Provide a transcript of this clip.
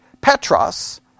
Petros